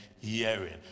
hearing